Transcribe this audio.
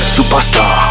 Superstar